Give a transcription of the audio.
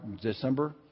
December